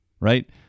right